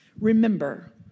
remember